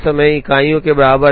अब समय के बराबर 16 मशीन मुफ्त है